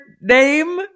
name